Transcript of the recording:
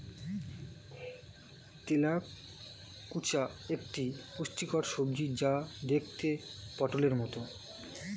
তেলাকুচা একটি পুষ্টিকর সবজি যা দেখতে পটোলের মতো